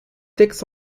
textes